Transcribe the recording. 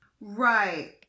Right